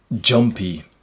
jumpy